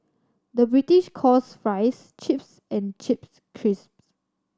the British calls fries chips and chips crisp